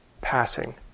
passing